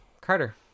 Carter